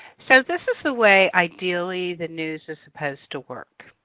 so this is the way ideally the news is supposed to work.